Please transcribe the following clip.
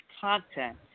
content